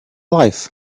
life